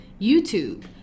YouTube